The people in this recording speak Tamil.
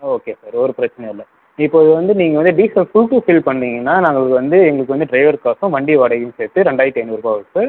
ஓகே சார் ஒரு பிரச்சினையும் இல்லை இப்போது வந்து நீங்கள் வந்து டீசல் ஃபுல் டூ ஃபில் பண்ணிங்கன்னால் நாங்களுக்கு வந்து எங்களுக்கு வந்து டிரைவர் காசும் வண்டி வாடகையும் சேர்த்து ரெண்டாயிரத்தி ஐநூறுபாய் வருது சார்